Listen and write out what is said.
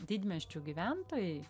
didmiesčių gyventojai